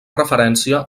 referència